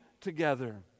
together